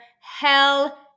Hell